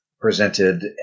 presented